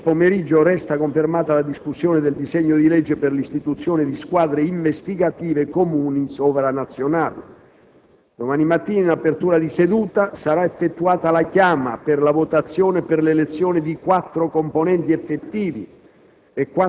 Oggi pomeriggio resta confermata la discussione del disegno di legge per l'istituzione di squadre investigative comuni sovranazionali. Domani mattina, in apertura di seduta, sarà effettuata la chiama per la votazione per l'elezione di quattro componenti effettivi